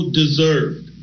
deserved